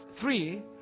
three